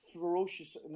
ferocious